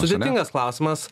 sudėtingas klausimas